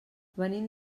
venim